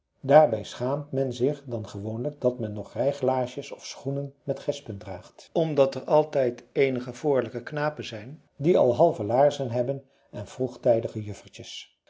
daarbij schaamt men zich dan gewoonlijk dat men nog rijglaarsjes of schoenen met gespen draagt omdat er altijd eenige voorlijke knapen zijn die al halve laarzen hebben en vroegtijdige